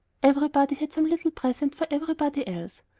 everybody had some little present for everybody else.